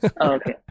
Okay